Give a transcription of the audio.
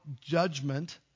judgment